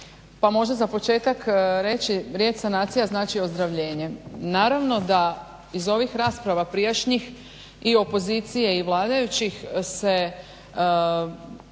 pa možda za početak reći riječ sanacija znači ozdravljenje, naravno da iz ovih rasprava prijašnjih i opozicije i vladajućih se